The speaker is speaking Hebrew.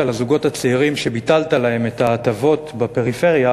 לזוגות הצעירים שביטלת להם את ההטבות בפריפריה,